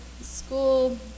school